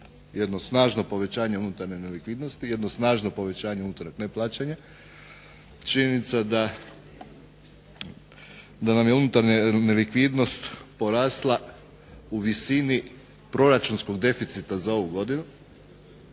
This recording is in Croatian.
jedno snažno povećanje unutarnje nelikvidnosti, jedno snažno povećanje unutar neplaćanja, činjenica da nam je unutarnja nelikvidnost porasla u visini proračunskog deficita za ovu godinu,